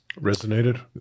resonated